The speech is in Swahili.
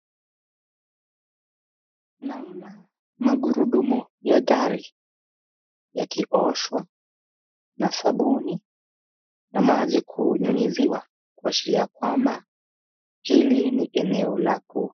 Naona magurudumu ya gari yakioshwa na sabuni na maji kunyunyiziwa kuashiria kwamba hili ni eneo la ku